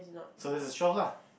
so this is twelve lah